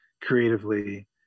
creatively